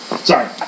Sorry